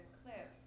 clip